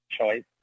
choice